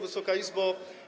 Wysoka Izbo!